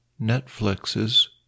Netflix's